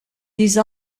these